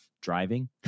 driving